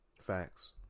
Facts